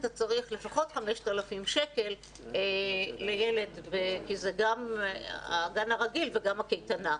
אתה צריך לפחות 5,000 שקל לילד כי זה גם הגן הרגיל וגם הקייטנה.